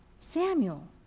samuel